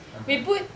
(uh huh)